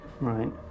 Right